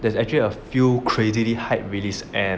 there's actually a few crazily hype release and